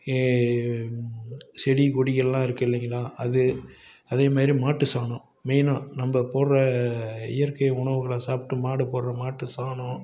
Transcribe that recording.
செடி கொடிகள்லாம் இருக்கு இல்லைங்களா அது அதேமாதிரி மாட்டு சாணம் மெயினாக நம்ம போடுற இயற்கை உணவுகளை சாப்பிட்டு மாடு போடுற மாட்டு சாணம்